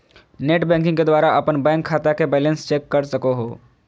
net banking के द्वारा अपन बैंक खाता के बैलेंस चेक कर सको हो